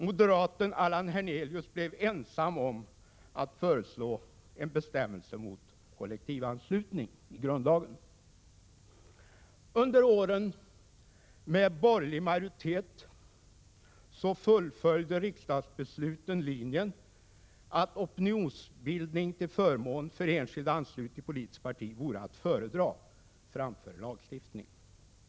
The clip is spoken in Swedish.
Moderaten Allan Hernelius blev ensam om att föreslå en bestämmelse mot kollektivanslutning i grundlagen. Under åren med borgerlig majoritet fullföljdes i riksdagsbesluten linjen att opinionsbildning till förmån för enskild anslutning till politiskt parti vore att föredra framför lagstiftning.